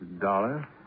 Dollar